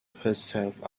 herself